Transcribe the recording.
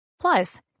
Plus